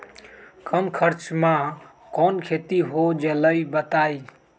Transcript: कम खर्च म कौन खेती हो जलई बताई?